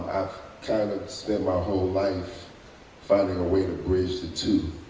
i've kind of spent my whole life finding a way to bridge the two.